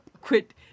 quit